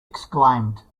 exclaimed